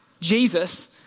Jesus